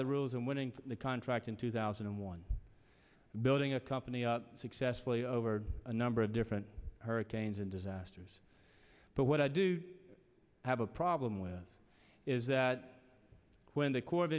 the rules in winning the contract in two thousand and one building a company successfully over a number of different hurricanes in disasters but what i do have a problem with is that when the co